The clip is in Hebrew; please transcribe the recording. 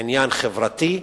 עניין חברתי,